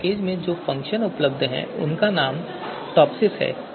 इस पैकेज में जो फंक्शन उपलब्ध है उसका नाम टॉपसिस है